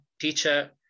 teacher